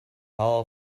hull